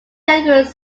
categories